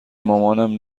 مامانم